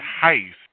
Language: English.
heist